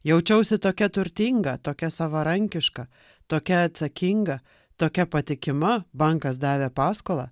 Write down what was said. jaučiausi tokia turtinga tokia savarankiška tokia atsakinga tokia patikima bankas davė paskolą